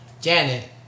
Janet